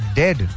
dead